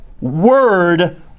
word